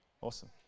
awesome